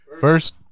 first